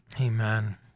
Amen